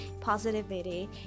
positivity